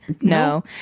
No